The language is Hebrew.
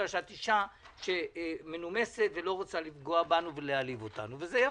בגלל שאת אישה מנומסת ולא רוצה לפגוע בנו ולהעליב אותנו וזה יפה.